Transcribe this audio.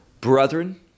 Brethren